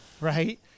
right